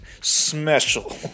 Special